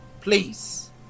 please